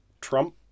Trump